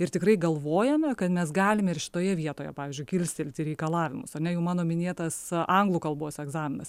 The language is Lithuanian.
ir tikrai galvojame kad mes galime ir šitoje vietoje pavyzdžiui kilstelti reikalavimus ar ne jau mano minėtas anglų kalbos egzaminas